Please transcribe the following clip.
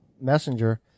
messenger